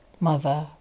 mother